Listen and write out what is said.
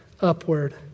upward